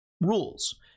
rules